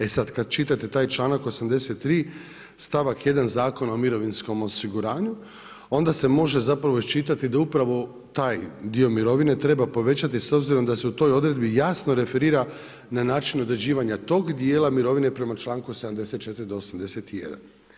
E sada kada čitate taj članak 83. stavak 1. Zakona o mirovinskom osiguranju onda se može iščitati da upravo taj dio mirovine treba povećati s obzirom da se u toj odredbi jasno referira na način određivanja tog dijela mirovine prema članku 74. do 81.